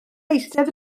eistedd